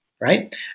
right